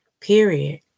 period